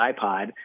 iPod